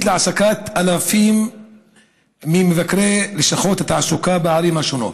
להעסקת אלפים ממבקרי לשכות התעסוקה בערים השונות,